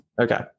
Okay